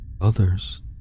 Others